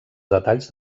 detalls